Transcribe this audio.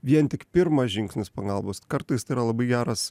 vien tik pirmas žingsnis pagalbos kartais tai yra labai geras